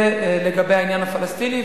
זה לגבי העניין הפלסטיני.